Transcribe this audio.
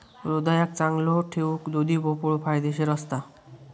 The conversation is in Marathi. हृदयाक चांगलो ठेऊक दुधी भोपळो फायदेशीर असता